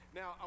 now